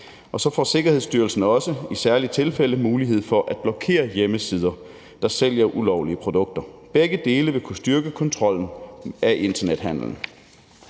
Og så får Sikkerhedsstyrelsen også i særlige tilfælde mulighed for at blokere hjemmesider, der sælger ulovlige produkter. Begge dele vil kunne styrke kontrollen med internethandel.